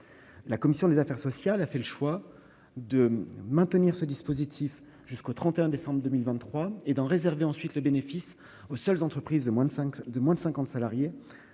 La commission des affaires sociales a fait le choix de le maintenir jusqu'au 31 décembre 2023 et d'en réserver ensuite le bénéfice aux seules entreprises de moins de cinquante salariés.